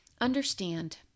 Understand